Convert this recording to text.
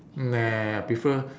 meh I prefer